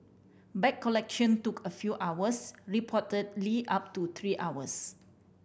bag collection took a few hours reportedly up to three hours